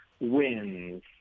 wins